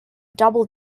double